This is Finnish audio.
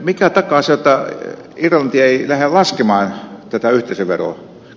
mikä takaa sen jotta irlanti ei lähde laskemaan tätä yhteisöveroa